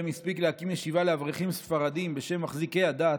שבהן הספיק להקים ישיבה לאברכים ספרדים בשם "מחזיקי הדת"